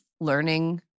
learning